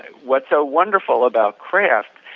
what's so wonderful about craft